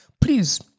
please